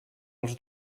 els